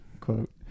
quote